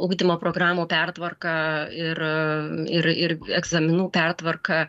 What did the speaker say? ugdymo programų pertvarka ir ir ir egzaminų pertvarka